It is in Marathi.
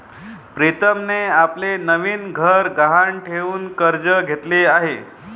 प्रीतमने आपले नवीन घर गहाण ठेवून कर्ज घेतले आहे